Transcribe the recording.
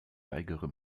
weigere